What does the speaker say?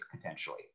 potentially